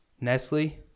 Nestle